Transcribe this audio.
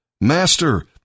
Master